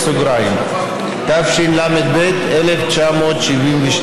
התשל"ב 1972,